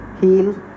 heal